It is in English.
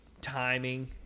timing